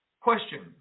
question